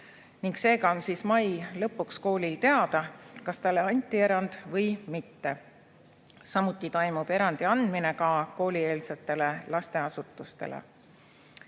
Seega on mai lõpuks koolil teada, kas talle anti erand või mitte. Samuti toimub erandi andmine koolieelsetele lasteasutustele.